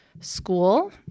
school